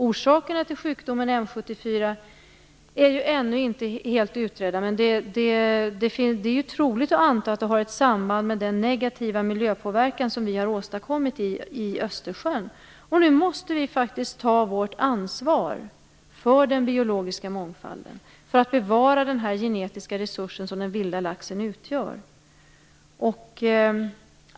Orsakerna till sjukdomen M74 är ännu inte helt utredda, men det är troligt att det har ett samband med den negativa miljöpåverkan vi har åstadkommit i Östersjön. Nu måste vi faktiskt ta vårt ansvar för den biologiska mångfalden, för att bevara den genetiska resurs som den vilda laxen utgör.